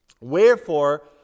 Wherefore